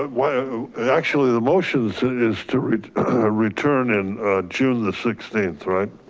ah well, actually, the motions is to return in june the sixteenth, right?